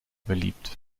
beliebt